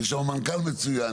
יש שם מנכ"ל מצוין,